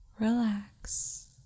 relax